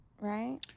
right